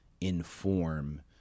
inform